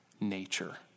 nature